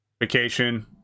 vacation